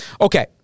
Okay